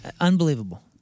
unbelievable